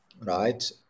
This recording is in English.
right